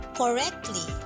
correctly